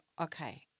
okay